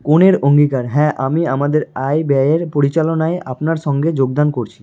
কনের অঙ্গীকার হ্যাঁ আমি আমাদের আয় ব্যয়ের পরিচালনায় আপনার সঙ্গে যোগদান করছি